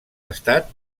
estat